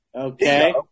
okay